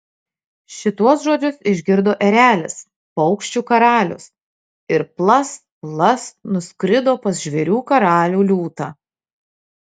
šituos žodžius išgirdo erelis paukščių karalius ir plast plast nuskrido pas žvėrių karalių liūtą